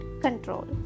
control